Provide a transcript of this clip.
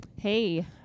Hey